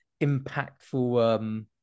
impactful